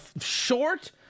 short